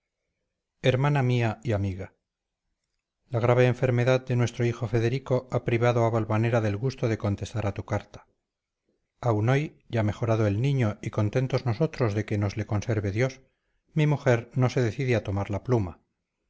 hermana mía y amiga la grave enfermedad de nuestro hijo federico ha privado a valvanera del gusto de contestar a tu carta aun hoy ya mejorado el niño y contentos nosotros de que nos le conserve dios mi mujer no se decide a tomar la pluma